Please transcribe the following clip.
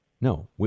No